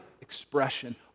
expression